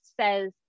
says